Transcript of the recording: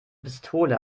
pistole